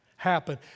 Happen